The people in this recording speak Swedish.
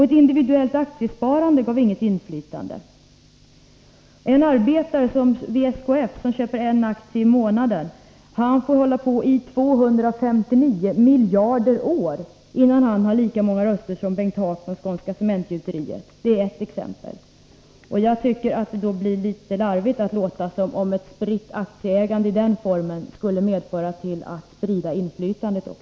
Ett individuellt aktiesparande gav inget inflytande. En arbetare vid SKF som köper en aktie i månaden får hålla på i 259 miljarder år innan han har lika många röster som Bengt Haak i Skånska Cementgjuteriet. Det är ett exempel. Jag tycker att det blir litet larvigt när man låter som om ett spritt aktieägande i den formen skulle medverka till att också sprida inflytandet.